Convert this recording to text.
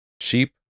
Sheep